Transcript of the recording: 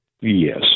Yes